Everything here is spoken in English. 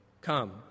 Come